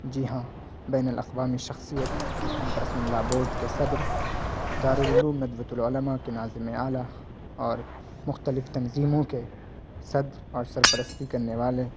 جی ہاں بین الاقوامی شخصیت مسلم پرسنل لاء بورڈ کے صدر دارالعلوم ندوۃ العلماء کے ناظم اعلیٰ اور مختلف تنظیموں کے صدر اور سرپرستی کرنے والے